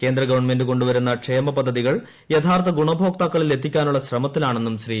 കേന്ദ്ര ഗവൺമെന്റ് കൊണ്ടുവരുന്ന ക്ഷേമ പദ്ധതികൾ യഥാർഥ ഗുണഭോക്താക്കളിൽ എത്തിക്കാനുള്ള ശ്രമത്തിലാണെന്നും ശ്രീ